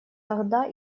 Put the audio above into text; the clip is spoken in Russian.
тогда